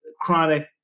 chronic